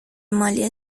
مالی